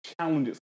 challenges